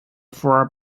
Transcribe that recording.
for